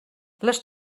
les